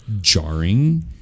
jarring